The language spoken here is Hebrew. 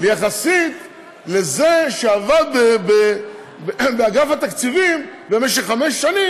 יחסית לזה שעבד באגף התקציבים במשך חמש שנים